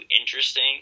interesting